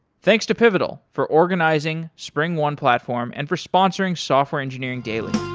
thanks to pivotal for organizing springone platform and for sponsoring software engineering daily